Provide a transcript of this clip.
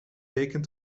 weken